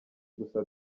gusa